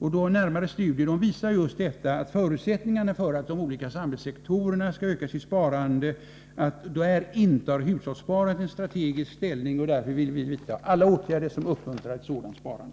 Närmare studier visar just detta att förutsättningarna för att de olika samhällssektorerna skall öka sitt sparande är att hushållssparandet intar en strategisk ställning. Därför vill vi vidta alla åtgärder som uppmuntrar ett sådant sparande.